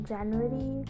January